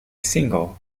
single